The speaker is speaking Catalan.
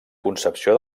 concepció